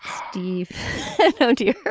steve to you